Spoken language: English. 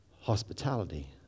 hospitality